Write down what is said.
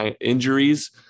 injuries